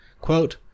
Quote